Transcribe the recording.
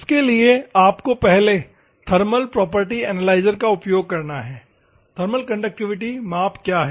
उसके लिए आपको पहले थर्मल प्रॉपर्टी एनालाइजर का उपयोग करना होगा थर्मल कंडक्टिविटी माप क्या है